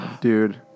Dude